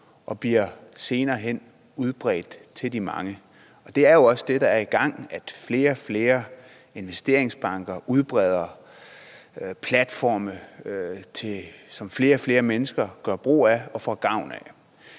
og bliver senere hen udbredt til de mange. Det er jo også det, der er i gang, nemlig at flere og flere investeringsbanker udbreder platforme, som flere og flere mennesker gør brug af og får gavn af.